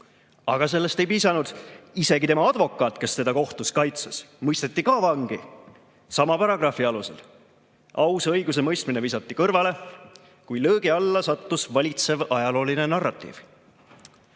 Aga sellest ei piisanud. Isegi tema advokaat, kes teda kohtus kaitses, mõisteti vangi sama paragrahvi alusel. Aus õigusemõistmine visati kõrvale, kui löögi alla sattus valitsev ajalooline narratiiv.